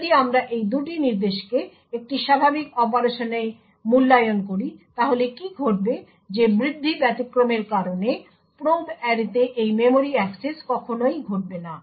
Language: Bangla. যদি আমরা এই দুটি নির্দেশকে একটি স্বাভাবিক অপারেশনে মূল্যায়ন করি তাহলে কি ঘটবে যে বৃদ্ধি ব্যতিক্রমের কারণে প্রোব অ্যারেতে এই মেমরি অ্যাক্সেস কখনই ঘটবে না